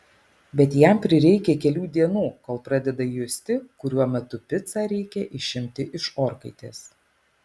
bet jam prireikia kelių dienų kol pradeda justi kuriuo metu picą reikia išimti iš orkaitės